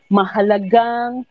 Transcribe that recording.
mahalagang